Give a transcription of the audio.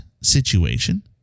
situation